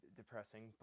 depressing